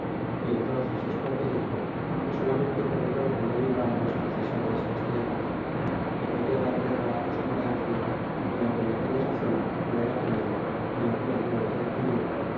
y entón ces es guando dixo que solamente con el oro que le ibaá nuestro césar destas tierras le podia dar guerra su francia y aun en aquella sazon no era ganado ni habla nueva del piró